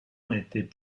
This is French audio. n’étaient